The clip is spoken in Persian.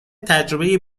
تجربه